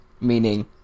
Meaning